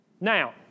Now